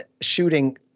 shooting